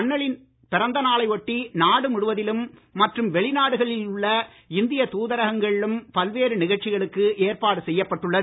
அண்ணலின் பிறந்த நாளை ஒட்டி நாடு முழுவதிலும் மற்றும் வெளிநாடுகளில் உள்ள இந்திய தூதரகங்களிலும் பல்வேறு நிகழ்ச்சிகளுக்கு ஏற்பாடு செய்யப்பட்டுள்ளது